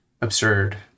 absurd